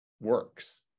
works